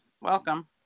Welcome